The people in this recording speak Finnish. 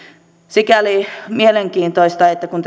sikäli mielenkiintoista että kun